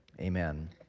amen